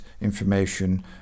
information